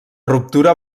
ruptura